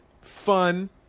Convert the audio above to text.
fun